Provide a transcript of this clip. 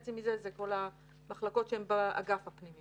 וחצי מזה זה כל המחלקות שהן באגף הפנימי.